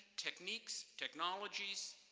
techniques, technologies,